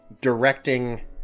directing